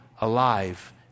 alive